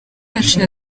yaciye